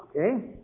Okay